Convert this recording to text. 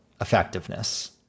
effectiveness